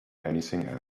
anything